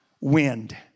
wind